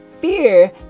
Fear